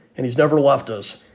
and he's never left us.